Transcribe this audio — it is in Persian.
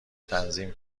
تنظیم